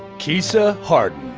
keysa hardin.